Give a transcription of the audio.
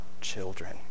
children